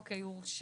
אוקיי הוא הורשע,